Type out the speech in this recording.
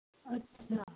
ਅੱਛਾ